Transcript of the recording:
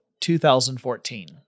2014